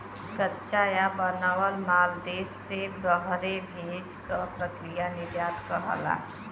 कच्चा या बनल माल देश से बहरे भेजे क प्रक्रिया निर्यात कहलाला